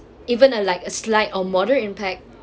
even a like a slight or moderate impact